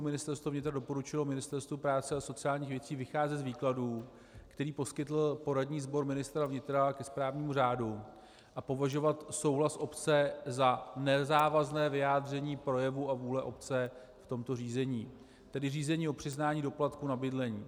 Ministerstvo vnitra doporučilo Ministerstvu práce a sociálních věcí vycházet z výkladu, který poskytl poradní sbor ministra vnitra ke správnímu řádu, a považovat souhlas obce za nezávazné vyjádření projevu a vůle obce v tomto řízení, tedy řízení o přiznání doplatku na bydlení.